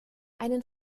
einen